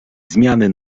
zmiany